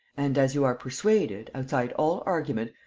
and as you are persuaded, outside all argument,